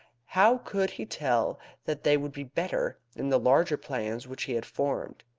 how could he tell that they would be better in the larger plans which he had formed?